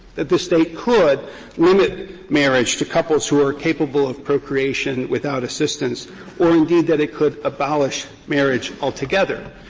that the state could limit marriage to couples who are capable of procreation without assistance or indeed, that it could abolish marriage altogether.